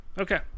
Okay